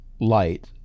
light